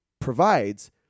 provides